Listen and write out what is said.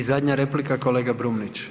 I zadnja replika, kolega Brumnić.